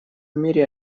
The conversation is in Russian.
мире